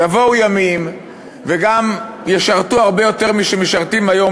שיבואו ימים וגם ישרתו הרבה יותר מאשר שמשרתים היום.